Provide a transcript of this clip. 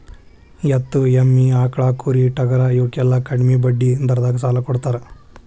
ಎತ್ತು, ಎಮ್ಮಿ, ಆಕ್ಳಾ, ಕುರಿ, ಟಗರಾ ಇವಕ್ಕೆಲ್ಲಾ ಕಡ್ಮಿ ಬಡ್ಡಿ ದರದಾಗ ಸಾಲಾ ಕೊಡತಾರ